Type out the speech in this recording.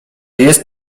jest